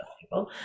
people